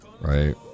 Right